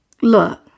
look